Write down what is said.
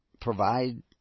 provide